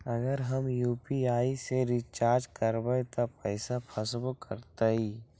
अगर हम यू.पी.आई से रिचार्ज करबै त पैसा फसबो करतई?